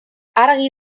argi